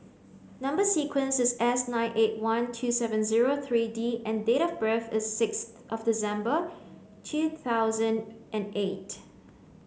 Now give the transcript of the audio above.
number sequence is Snine eight one two seven zero three D and date of birth is six of December two thousand and eight